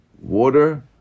Water